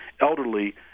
elderly